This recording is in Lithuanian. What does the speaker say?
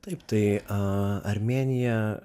taip tai armėnija